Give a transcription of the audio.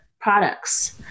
products